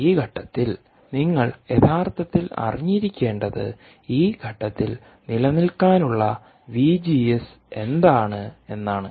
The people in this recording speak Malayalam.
ഈ ഘട്ടത്തിൽ നിങ്ങൾ യഥാർത്ഥത്തിൽ അറിഞ്ഞിരിക്കേണ്ടത് ഈ ഘട്ടത്തിൽ നിലനിൽക്കാനുള്ള വിജിഎസ് എന്താണ് എന്നാണ്